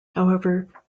however